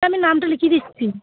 আচ্ছা আমি নামটা লিখিয়ে দিচ্ছি